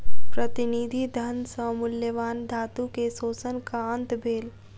प्रतिनिधि धन सॅ मूल्यवान धातु के शोषणक अंत भेल